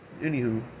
Anywho